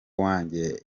wanjye